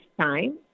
time